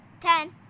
Ten